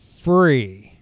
free